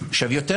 מידיעה אישית.